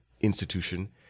institution